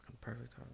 perfect